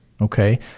Okay